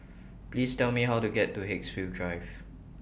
Please Tell Me How to get to Haigsville Drive